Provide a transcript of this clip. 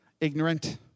Ignorant